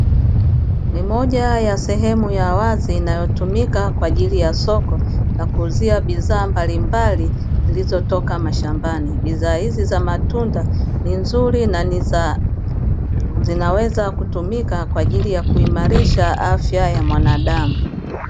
Ni moja ya sehemu ya wazi inayotumika kwa ajili ya soko la kuuzia bidhaa mbalimbali zilizotoka mashambani. Bidhaa hizi za matunda ni nzuri na zinaweza kutumika kwa ajili ya kuimarisha afya ya mwanadamu.